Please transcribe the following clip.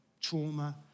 trauma